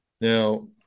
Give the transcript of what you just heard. Now